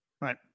Right